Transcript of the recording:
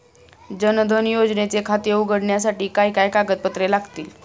जनधन योजनेचे खाते उघडण्यासाठी काय काय कागदपत्रे लागतील?